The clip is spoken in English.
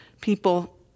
people